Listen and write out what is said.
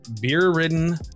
beer-ridden